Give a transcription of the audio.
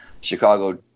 Chicago